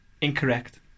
Incorrect